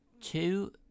Two